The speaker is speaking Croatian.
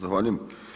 Zahvaljujem.